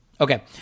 Okay